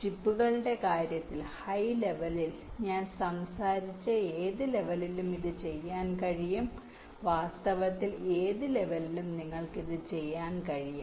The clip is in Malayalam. ചിപ്പുകളുടെ കാര്യത്തിൽ ഹൈ ലെവലിൽ ഞാൻ സംസാരിച്ച ഏത് ലെവലിലും ചെയ്യാൻ കഴിയും വാസ്തവത്തിൽ ഏത് ലെവലിലും നിങ്ങൾക്ക് ഇത് ചെയ്യാൻ കഴിയും